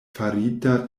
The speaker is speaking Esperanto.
farita